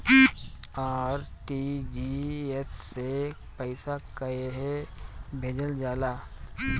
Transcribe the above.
RTGS से पइसा कहे भेजल जाला?